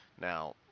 now